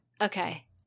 Okay